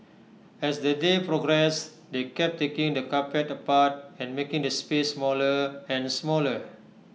as the day progressed they kept taking the carpet apart and making the space smaller and smaller